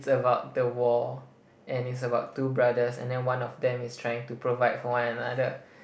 it's about the war and it's about two brothers and then one of them is trying to provide for one another